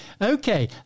Okay